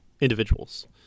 individuals